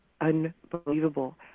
unbelievable